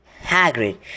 Hagrid